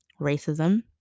racism